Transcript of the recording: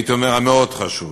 הייתי אומר: המאוד-חשוב.